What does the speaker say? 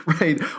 Right